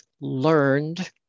learned